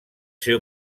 ser